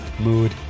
mood